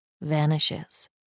vanishes